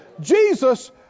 Jesus